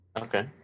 Okay